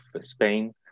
Spain